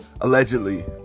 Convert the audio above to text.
Allegedly